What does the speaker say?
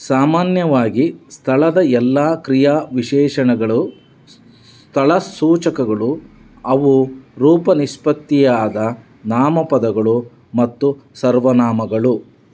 ಸಾಮಾನ್ಯವಾಗಿ ಸ್ಥಳದ ಎಲ್ಲಾ ಕ್ರಿಯಾ ವಿಶೇಷಣಗಳು ಸ್ಥಳಸೂಚಕಗಳು ಅವು ರೂಪ ನಿಷ್ಪತ್ತಿಯಾದ ನಾಮಪದಗಳು ಮತ್ತು ಸರ್ವನಾಮಗಳು